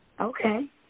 Okay